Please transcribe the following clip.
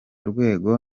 rwego